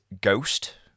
Ghost